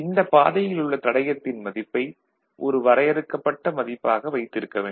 இந்த பாதையில் உள்ள தடையத்தின் மதிப்பை ஒரு வரையறுக்கப்பட்ட மதிப்பாக வைத்திருக்க வேண்டும்